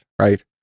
right